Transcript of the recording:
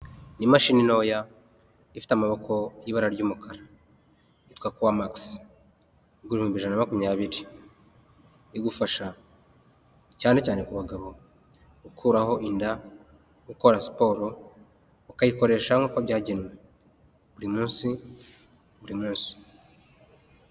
Ni imashini ntoya ifite amaboko y'ibara ry'umukara, yitwa Core Max, igura ibihumbi ijana na makumyabiri, igufasha cyane cyane ku bagabo gukuraho inda, gukora siporo, ukayikoresha nk'uko byagenwe buri munsi, buri munsi.